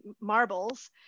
marbles